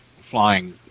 flying